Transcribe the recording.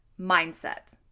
mindset